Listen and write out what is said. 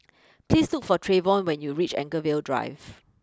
please look for Trayvon when you reach Anchorvale Drive